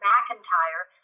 McIntyre